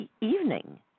evening